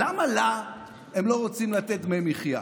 למה לה הם לא רוצים לתת דמי מחיה?